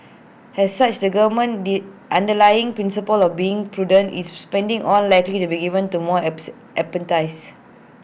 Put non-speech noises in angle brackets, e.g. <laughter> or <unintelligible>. as such the government's <unintelligible> underlying principle of being prudent with its spending will likely be given more <unintelligible> emphasis